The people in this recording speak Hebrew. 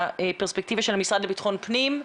מהפרספקטיבה של המשרד לביטחון פנים.